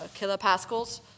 kilopascals